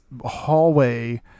hallway